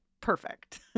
Perfect